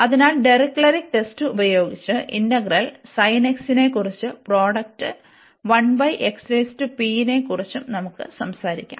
അതിനാൽ Dirichlet test ഉപയോഗിച്ച് integral sin x നെക്കുറിച്ചും പ്രോഡക്റ്റ് നെക്കുറിച്ചും നമുക്ക് സംസാരിക്കാം